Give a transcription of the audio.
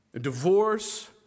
divorce